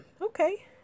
okay